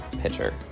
pitcher